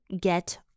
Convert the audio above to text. get